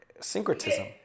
syncretism